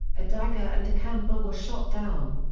a dagger and a canberra were shot down.